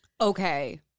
Okay